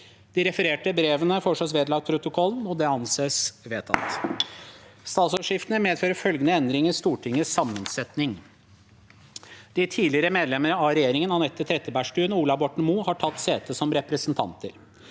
De refererte brevene foreslås vedlagt protokollen. – Det anses vedtatt. Statsrådsskiftene medfører følgende endringer i Stortingets sammensetning: – De tidligere medlemmer av regjeringen, Anette Trettebergstuen og Ola Borten Moe, har tatt sete som representanter.